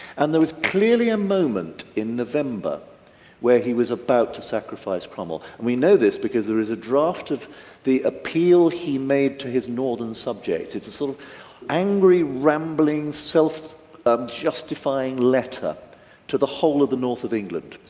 and there was clearly a moment in november where he was about to sacrifice cromwell, and we know this because there is a draft of the appeal he made to his northern subjects. it's a sort of angry rambling so self-justifying letter to the whole of the north of england.